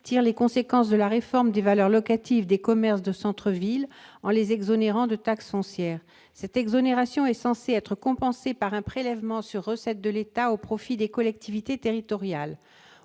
tire les conséquences de la réforme des valeurs locatives des commerces de centre-ville en les exonérant de taxe foncière. Cette exonération est censée être compensée par un prélèvement sur recettes de l'État au profit des collectivités territoriales.